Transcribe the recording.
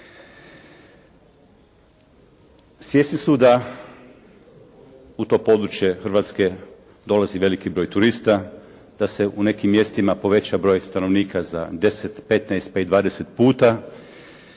Svjesni su da u to područje Hrvatske dolazi veliki broj turista, da se u nekim mjestima poveća broj stanovnika za 10, 15, pa